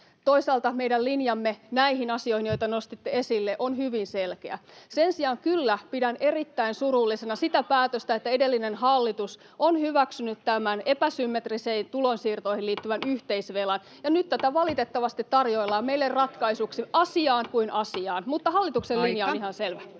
Toisaalta meidän linjamme näihin asioihin, joita nostitte esille, on hyvin selkeä. Sen sijaan kyllä pidän erittäin surullisena sitä päätöstä, että edellinen hallitus on hyväksynyt epäsymmetrisen, tulonsiirtoihin liittyvän yhteisvelan, ja nyt tätä valitettavasti tarjoillaan meille